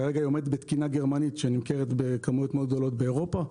כרגע היא עומדת בתקינה גרמנית שנמכרת בכמויות גדולות מאוד באירופה,